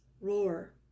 roar